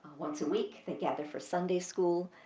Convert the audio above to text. once a week, they gather for sunday school.